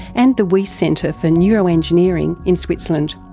and the wyss centre for neuroengineering in switzerland.